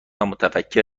متفکر